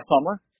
summer